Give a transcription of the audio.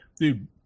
Dude